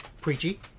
preachy